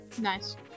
nice